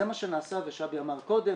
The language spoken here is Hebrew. זה מה שנעשה ושבי אמר קודם,